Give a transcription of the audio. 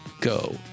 go